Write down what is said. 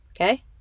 okay